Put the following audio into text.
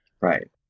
Right